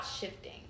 shifting